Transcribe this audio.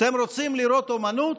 אתם רוצים לראות אומנות?